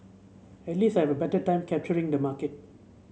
at least I've better time capturing the market